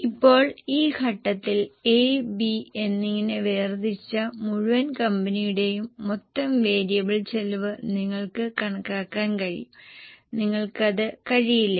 ഇപ്പോൾ ഈ ഘട്ടത്തിൽ A B എന്നിങ്ങനെ വേർതിരിച്ച മുഴുവൻ കമ്പനിയുടെയും മൊത്തം വേരിയബിൾ ചെലവ് നിങ്ങൾക്ക് കണക്കാക്കാൻ കഴിയും നിങ്ങൾക്കത് കഴിയില്ലേ